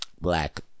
black